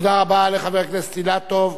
תודה לחבר הכנסת אילטוב.